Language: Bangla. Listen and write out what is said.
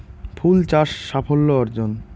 ফুল চাষ সাফল্য অর্জন?